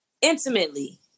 intimately